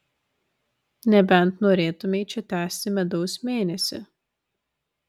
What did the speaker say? nebent norėtumei čia tęsti medaus mėnesį